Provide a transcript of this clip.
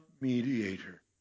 mediator